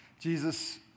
Jesus